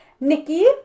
Nikki